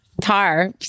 Tar